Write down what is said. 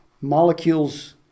Molecules